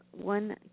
one